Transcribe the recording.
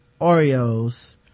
Oreos